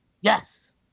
Yes